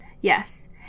Yes